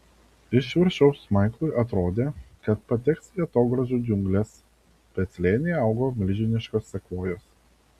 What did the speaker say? iš viršaus maiklui atrodė kad pateks į atogrąžų džiungles bet slėnyje augo milžiniškos sekvojos